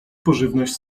pożywność